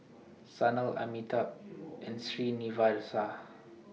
Sanal Amitabh and Srinivasa